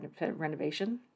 renovation